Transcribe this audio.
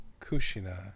Kushina